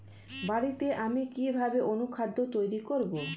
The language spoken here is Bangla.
বাড়িতে আমি কিভাবে অনুখাদ্য তৈরি করব?